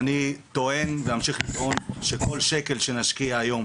אני טוען ואמשיך לטעון, שכל שנקל שנשקיע היום